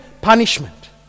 punishment